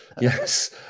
Yes